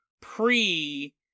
pre-